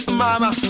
mama